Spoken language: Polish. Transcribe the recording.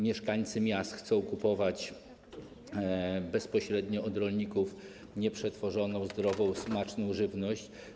Mieszkańcy miast chcą kupować bezpośrednio od rolników nieprzetworzoną, zdrową, smaczną żywność.